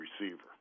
receiver